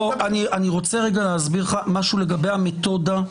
אני רוצה להסביר לך משהו לגבי המתודה.